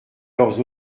leurs